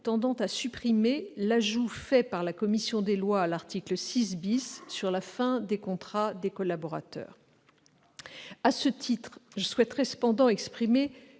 tendant à supprimer l'ajout fait par la commission des lois à l'article 6 sur la fin des contrats des collaborateurs. À ce titre, j'exprimerai cependant une